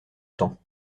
temps